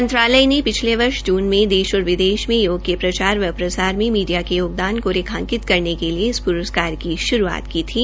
मंत्रालय ने पिछले वर्ष जून मे देश और विदेश में योग के प्रचार व प्रसार में मीडिया के योगदान को रेखांकित करने के लिए इस प्रस्कार की श्रूआत की थी